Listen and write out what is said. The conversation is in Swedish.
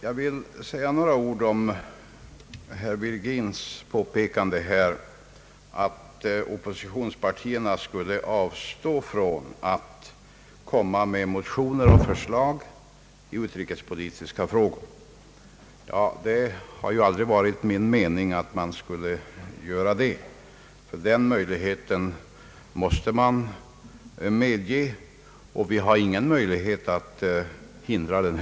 Med anledning av herr Virgins påstående att jag skulle anse att oppositionspartierna borde avstå från att väcka motioner och komma med förslag i utrikespolitiska frågor vill jag säga, att det aldrig har varit min mening att hävda något sådant. Den möjligheten måste finnas, och vi har heller inte någon möjlighet att hindra den.